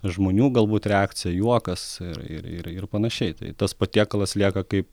žmonių galbūt reakcija juokas ir ir ir panašiai tai tas patiekalas lieka kaip